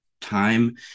time